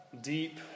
deep